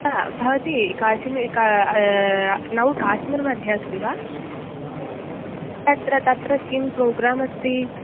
हा भवती काश्मीर् का नौ काश्मीर् मध्ये अस्ति वा तत्र तत्र किं प्रोग्राम् अस्ति